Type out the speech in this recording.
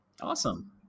Awesome